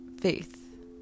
faith